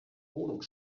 wohnung